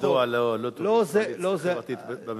לא זה, אז מדוע לא חברתית בממשלה?